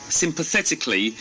sympathetically